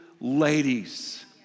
ladies